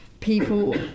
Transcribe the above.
People